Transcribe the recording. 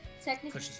Technically